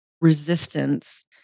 resistance